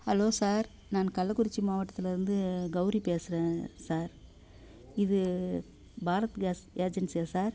hello sir நான் கள்ளக்குறிச்சி மாவட்டத்தில் இருந்து கெளரி பேசுகிறேன் சார் இது பாரத் கேஸ் ஏஜென்சியா சார்